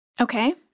Okay